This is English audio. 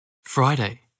Friday